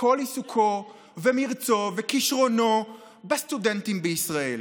כל עיסוקו ומרצו וכישרונו בסטודנטים בישראל.